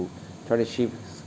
trying to shift